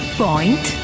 point